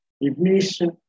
ignition